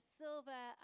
silver